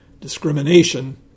discrimination